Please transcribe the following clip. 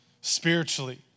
spiritually